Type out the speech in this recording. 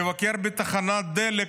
מבקר בתחנת דלק,